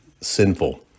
sinful